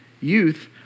Youth